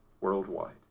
worldwide